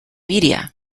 media